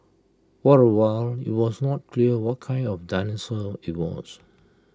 for A while IT was not clear what kind of dinosaur IT was